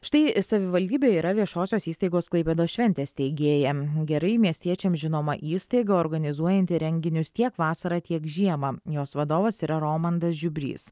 štai savivaldybėj yra viešosios įstaigos klaipėdos šventės steigėjam gerai miestiečiam žinoma įstaiga organizuojanti renginius tiek vasarą tiek žiemą jos vadovas yra romandas žiubrys